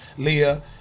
Leah